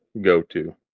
go-to